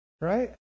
Right